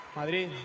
Madrid